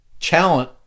talent